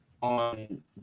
on